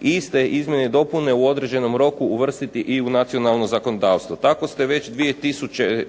iste izmjene ili dopune u određenom roku uvrstiti i u nacionalno zakonodavstvo. Tako ste već,